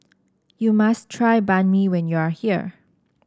you must try Banh Mi when you are here